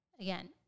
Again